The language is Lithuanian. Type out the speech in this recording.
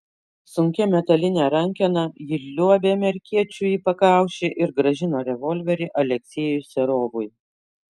sunkia metaline rankena ji liuobė amerikiečiui į pakaušį ir grąžino revolverį aleksejui serovui